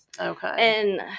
Okay